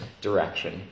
direction